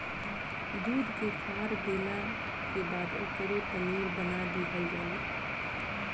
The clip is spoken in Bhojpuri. दूध के फार देला के बाद ओकरे पनीर बना दीहल जला